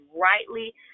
rightly